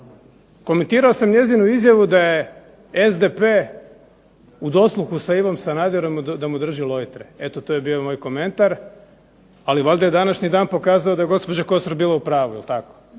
komentirao sam njezinu izjavu da je SDP u dosluhu sa Ivom Sanaderom da mu drži lojtre. Eto to je bio moj komentar. Ali valjda je današnji dan pokazao da je gospođa Kosor bila u pravu. To